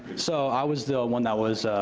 so i was the one that was,